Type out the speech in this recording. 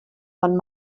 von